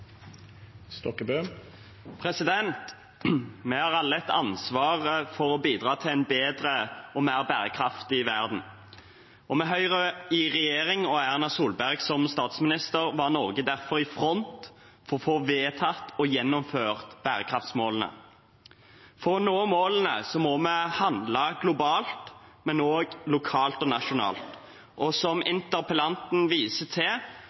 Vi har alle et ansvar for å bidra til en bedre og mer bærekraftig verden. Med Høyre i regjering og Erna Solberg som statsminister var Norge derfor i front for å få vedtatt og gjennomført bærekraftsmålene. For å nå målene må vi handle globalt, men også lokalt og nasjonalt, og som interpellanten viser til,